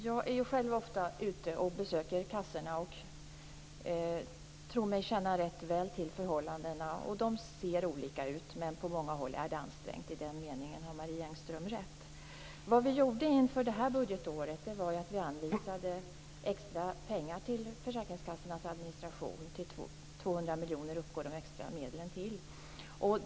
Fru talman! Jag är själv ofta ute och besöker kassorna. Jag tror mig känna till förhållandena rätt väl. De ser olika ut, men på många håll är det ansträngt. I den meningen har Marie Engström rätt. Inför det här budgetåret anvisade vi extra pengar till försäkringskassornas administration. De extra medlen uppgår till 200 miljoner.